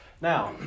Now